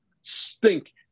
stink